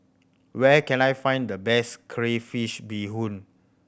where can I find the best crayfish beehoon